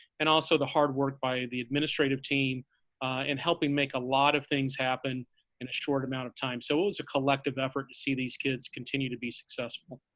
and also the hard work by the administrative team and helping make a lot of things happen in a short amount of time. so it was a collective effort to see these kids continue to be successful.